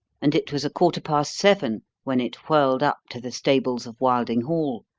and it was a quarter past seven when it whirled up to the stables of wilding hall,